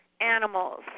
animals